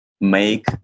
make